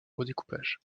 redécoupage